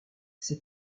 ces